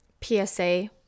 PSA